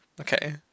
Okay